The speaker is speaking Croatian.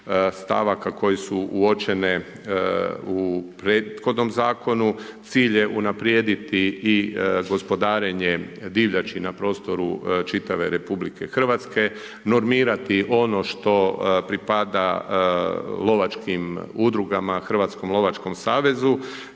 stavaka koji su uočene u prethodnom zakonu, cilj je unaprijediti i gospodarenje divljači na prostoru čitave Republike Hrvatske, normirati ono što pripada lovačkim udrugama, Hrvatskom lovačkom savezu,